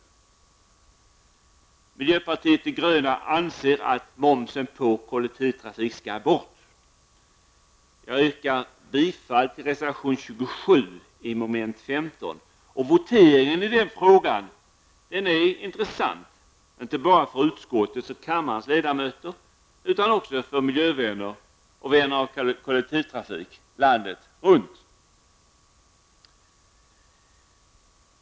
Vi i miljöpartiet de gröna anser att momsen på kollektivtrafiken skall bort. Jag yrkar bifall till reservation 27. Det gäller då mom. 15. Den voteringen kommer att bli intressant inte bara för utskottet och kammarens ledamöter utan också för miljövänner och vänner av kollektivtrafiken landet runt.